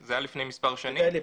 זה היה לפני כמה שנים.